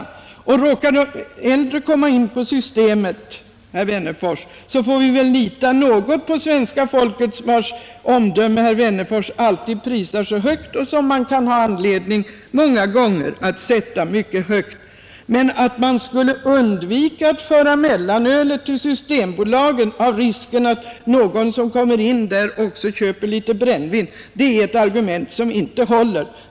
Råkar de äldre komma in på Systemet, herr Wennerfors, får vi väl lita något på svenska folket, vars omdöme herr Wennerfors alltid prisar så högt. Man kan också i många avseenden ha anledning att sätta det mycket högt. Att man skulle underlåta att överföra mellanölsförsäljning till systembutikerna på grund av risken att någon som kommer in där också skulle köpa litet brännvin är emellertid ett argument som inte håller.